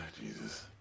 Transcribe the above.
Jesus